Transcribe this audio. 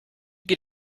get